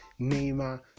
neymar